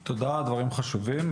תודה, הדברים חשובים.